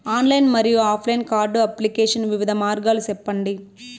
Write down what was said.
Online మరియు offline card application వివిధ మార్గాలు సెప్పండి?